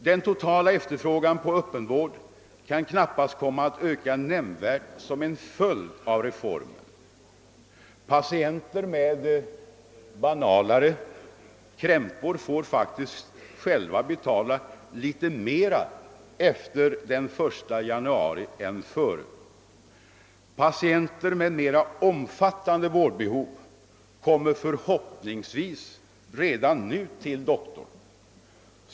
Den totala efterfrågan på Öppenvård kan knappast öka nämnvärt som en följd av reformen. Patienter med banalare krämpor får faktiskt själva betala litet mera efter den 1 januari än före. Patienter med mera omfattande vårdbehov kommer förhoppningsvis redan nu till doktorn.